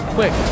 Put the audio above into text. Quick